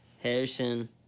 Harrison